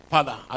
Father